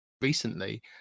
recently